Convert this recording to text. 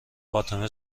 فاطمه